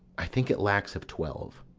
i think it lacks of twelve.